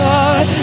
God